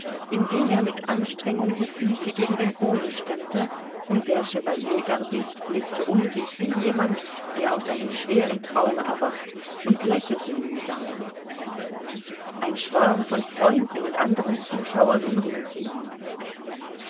indem er mit anstrengung die füße gegen den boden stemmte und der chevaliergardist blickte um sich wie jemand der aus einem schweren traume erwacht und lächelte mühsam ein schwarm von freunden und anderen zuschauern umringte ihn